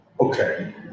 Okay